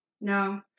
No